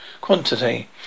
quantity